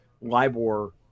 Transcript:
LIBOR